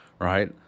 right